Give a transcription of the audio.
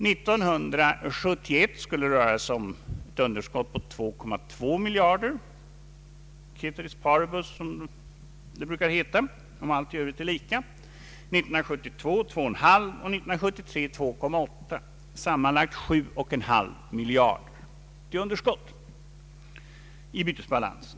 1971 skulle det röra sig om ett underskott på 2,2 miljarder, ceteris paribus, som det brukar heta — allt i övrigt lika — 1972 ett underskott på 2,5 miljarder och 1973 ett underskott på 2,8 miljarder, sammanlagt 7,5 miljarders underskott i bytesbalansen.